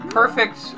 perfect